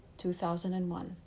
2001